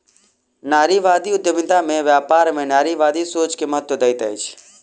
नारीवादी उद्यमिता में व्यापार में नारीवादी सोच के महत्त्व दैत अछि